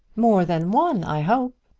more than one i hope.